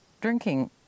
drinking